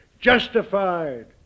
justified